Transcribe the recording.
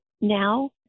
now